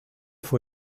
fue